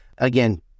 Again